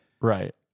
right